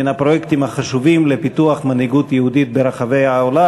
מן הפרויקטים החשובים לפיתוח מנהיגות יהודית ברחבי העולם.